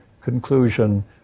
conclusion